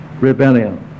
rebellion